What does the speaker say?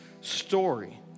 story